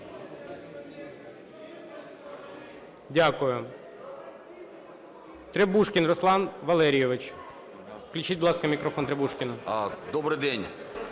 Дякую. Требушкін Руслан Валерійович. Включіть, будь ласка, мікрофон Требушкіна. 10:52:25